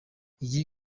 iyi